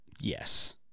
yes